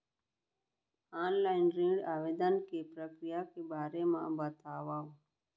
Online ऋण आवेदन के प्रक्रिया के बारे म बतावव?